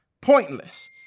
pointless